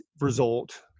result